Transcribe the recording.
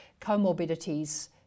comorbidities